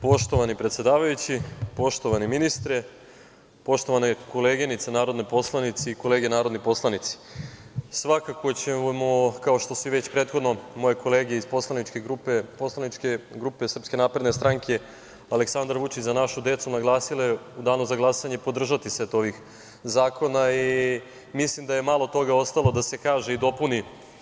Poštovani predsedavajući, poštovani ministre, poštovane koleginice narodne poslanice i kolege narodni poslanici, svakako ćemo, kao što su već prethodno moje kolege iz poslaničke grupe SNS "Aleksandar Vučić - Za našu decu" naglasile, u danu za glasanje podržati set ovih zakona i mislim da je malo toga ostalo da se kaže i dopuni.